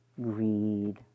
greed